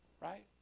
right